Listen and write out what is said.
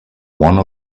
one